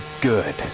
good